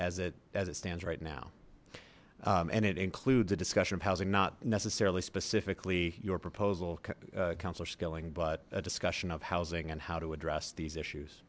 as it as it stands right now and it includes a discussion of housing not necessarily specifically your proposal councillor skilling but a discussion of housing and how to address these issues